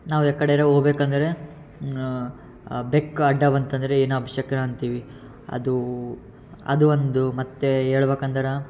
ನಾವು ಯಾವ ಕಡೆರ ಹೋಬೇಕಂದ್ರೆ ಬೆಕ್ಕು ಅಡ್ಡ ಬಂತಂದರೆ ಏನು ಅಪಶಕುನ ಅಂತೀವಿ ಅದು ಅದು ಒಂದು ಮತ್ತೆ ಹೇಳ್ಬಕಂದ್ರ